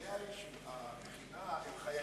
תלמידי המכינה הם חיילים.